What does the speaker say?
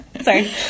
Sorry